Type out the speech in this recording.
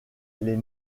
les